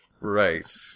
Right